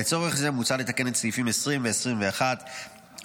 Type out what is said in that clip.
לצורך זה מוצע לתקן את סעיפים 20 ו-21 לחוק,